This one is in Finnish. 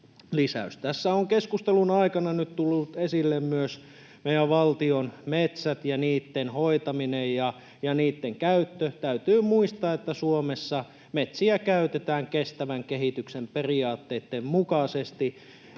Tässä on keskustelun aikana nyt tullut esille myös meidän valtion metsät ja niitten hoitaminen ja niitten käyttö. Täytyy muistaa, että Suomessa metsiä käytetään kestävän kehityksen periaatteitten mukaisesti.